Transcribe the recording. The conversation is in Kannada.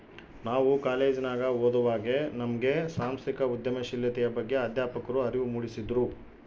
ನಾವು ಕಾಲೇಜಿನಗ ಓದುವಾಗೆ ನಮ್ಗೆ ಸಾಂಸ್ಥಿಕ ಉದ್ಯಮಶೀಲತೆಯ ಬಗ್ಗೆ ಅಧ್ಯಾಪಕ್ರು ಅರಿವು ಮೂಡಿಸಿದ್ರು